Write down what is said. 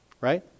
right